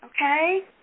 Okay